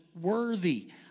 worthy